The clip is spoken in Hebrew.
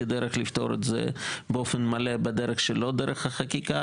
דרך לפתור את זה באופן מלא שלא דרך חקיקה.